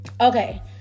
Okay